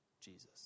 Jesus